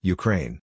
Ukraine